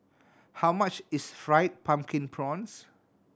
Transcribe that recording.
how much is Fried Pumpkin Prawns